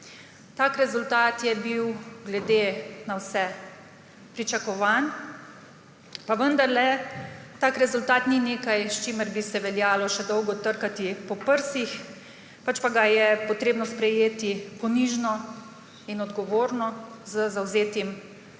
Tak rezultat je bil glede na vse pričakovan, pa vendarle tak rezultat ni nekaj, s čimer bi se veljalo še dolgo trkati po prsih, pač pa ga je potrebno sprejeti ponižno in odgovorno, z zavzetim delom.